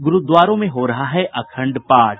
गुरुद्वारों में हो रहा है अखंड पाठ